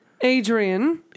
Adrian